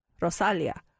Rosalia